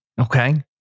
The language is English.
Okay